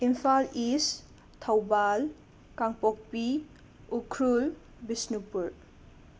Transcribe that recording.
ꯏꯝꯐꯥꯜ ꯏꯁ ꯊꯧꯕꯥꯜ ꯀꯥꯡꯄꯣꯛꯄꯤ ꯎꯈ꯭ꯔꯨꯜ ꯕꯤꯁꯅꯨꯄꯨꯔ